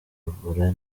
ebola